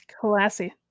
Classy